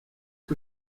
que